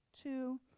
two